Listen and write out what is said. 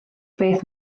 beth